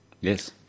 Yes